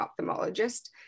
ophthalmologist